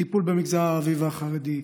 בטיפול במגזר הערבי והחרדי,